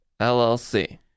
LLC